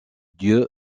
dieu